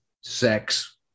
sex